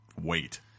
Wait